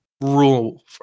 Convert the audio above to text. rule